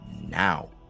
now